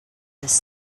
this